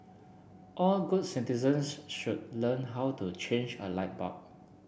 all good citizens should learn how to change a light bulb